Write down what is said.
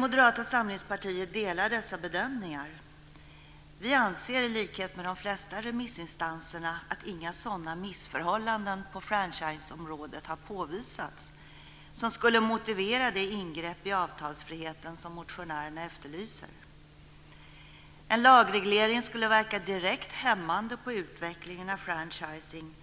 Moderata samlingspartiet instämmer i dessa bedömningar. Vi anser, i likhet med de flesta remissinstanser, att inga sådana missförhållanden på franchiseområdet har påvisats som skulle motivera det ingrepp i avtalsfriheten som motionärerna efterlyser. Lagreglering skulle verka direkt hämmande på utvecklingen av franchising